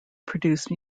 produce